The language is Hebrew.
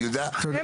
אני יודע שתישארי.